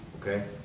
Okay